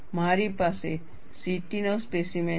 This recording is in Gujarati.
મારી પાસે CT નો સ્પેસીમેન છે